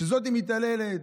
שזאת מתעללת,